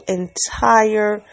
entire